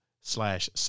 slash